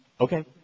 Okay